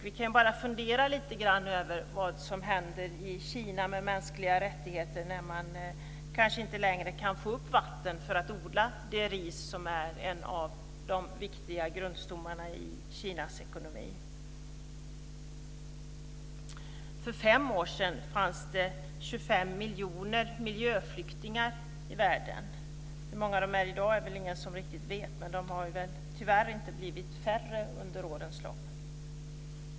Vi kan bara fundera lite grann över vad som händer med mänskliga rättigheter i Kina när man kanske inte längre kan få upp vatten för att odla det ris som är en av de viktiga grundstommarna i Kinas ekonomi. För fem år sedan fanns det 25 miljoner miljöflyktingar i världen. Hur många de är i dag är det ingen som riktigt vet, men de har tyvärr inte blivit färre under årens lopp.